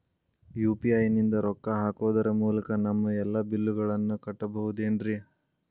UPI ನಿಂದ ರೊಕ್ಕ ಹಾಕೋದರ ಮೂಲಕ ನಮ್ಮ ಎಲ್ಲ ಬಿಲ್ಲುಗಳನ್ನ ಕಟ್ಟಬಹುದೇನ್ರಿ?